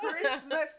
Christmas